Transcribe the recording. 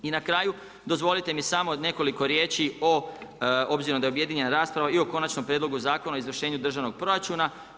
I na kraju, dozvolite mi samo nekoliko riječi o, obzirom da je objedinjena rasprava i o Konačnom prijedlogu zakona o izvršenju državnog proračuna.